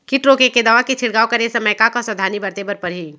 किट रोके के दवा के छिड़काव करे समय, का का सावधानी बरते बर परही?